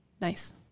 Nice